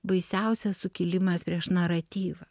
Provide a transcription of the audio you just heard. baisiausias sukilimas prieš naratyvą